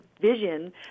vision